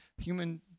human